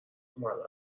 اومد